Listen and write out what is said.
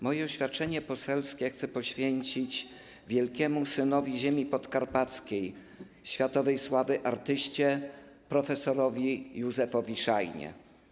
Moje oświadczenie poselskie chcę poświęcić wielkiemu synowi ziemi podkarpackiej, światowej sławy artyście, prof. Józefowi Szajnie.